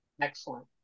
Excellent